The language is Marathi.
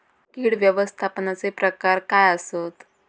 कीड व्यवस्थापनाचे प्रकार काय आसत?